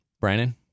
Brandon